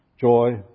joy